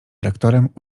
rektorem